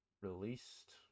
released